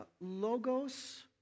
logos